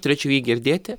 turėčiau jį girdėti